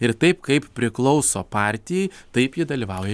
ir taip kaip priklauso partijai taip ji dalyvauja